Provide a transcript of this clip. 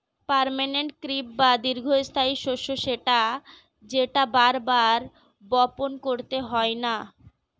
permanent crop বা দীর্ঘস্থায়ী শস্য সেটা যেটা বার বার বপণ করতে হয়না